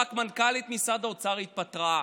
רק מנכ"לית משרד האוצר התפטרה,